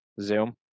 Zoom